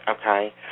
okay